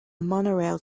monorail